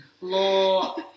Law